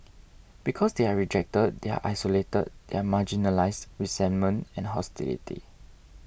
because they are rejected they are isolated they are marginalised resentment and hostility